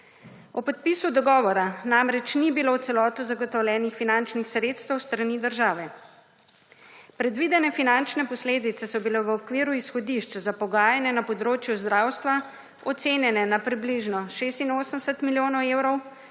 Ob podpisu dogovora namreč ni bilo v celoti zagotovljenih finančnih sredstev s strani države. Predvidene finančne posledice so bile v okviru izhodišč za pogajanja na področju zdravstva ocenjene na približno 86 milijonov evrov,